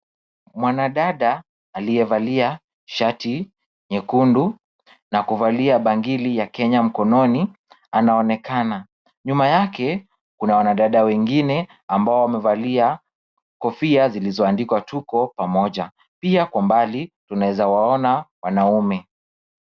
Mwanadada, aliyevalia shati nyekundu, na kuvalia bangili ya Kenya mkononi, anaonekana. Nyuma yake kuna wanadada wengine ambao wamevalia kofia zilizoandikwa tuko pamoja. Pia kwambali tunaweza waona wanaume.